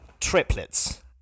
Triplets